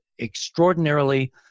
extraordinarily